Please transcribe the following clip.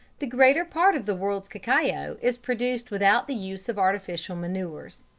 the greater part of the world's cacao is produced without the use of artificial manures.